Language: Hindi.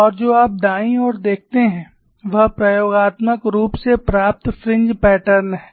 और जो आप दाईं ओर देखते हैं वह प्रयोगात्मक रूप से प्राप्त फ्रिंज पैटर्न है